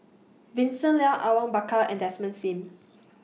Vincent Leow Awang Bakar and Desmond SIM